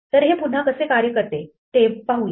तर हे पुन्हा कसे कार्य करते ते पाहूया